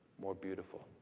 more beautiful.